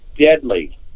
deadly